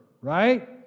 Right